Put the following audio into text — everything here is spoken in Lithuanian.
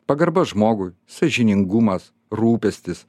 pagarba žmogui sąžiningumas rūpestis